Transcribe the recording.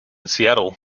seattle